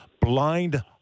Blind